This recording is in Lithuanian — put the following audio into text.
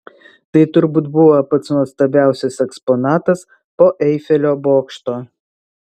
tai turbūt buvo pats nuostabiausias eksponatas po eifelio bokšto